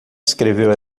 escreveu